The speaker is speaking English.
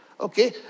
Okay